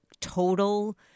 total